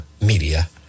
media